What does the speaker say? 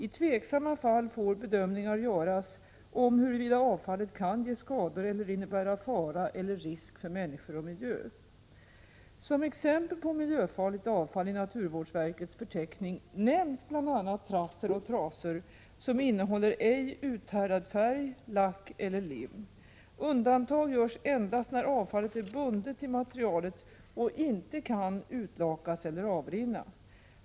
I tveksamma fall får bedömningar göras om huruvida avfallet kan ge skador eller innebära fara eller risk för människor och miljö. Som exempel på miljöfarligt avfall i naturvårdsverkets förteckning nämns bl.a. trassel och trasor som innehåller ej uthärdad färg, lack eller lim. Undantag görs endast när avfallet är bundet till materialet och inte kan utlakas eller avrinna.